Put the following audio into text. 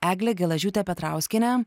eglę gelažiūtę petrauskienę